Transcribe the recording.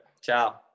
Ciao